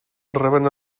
reben